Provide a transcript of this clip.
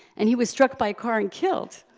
and he was struck by a car and killed,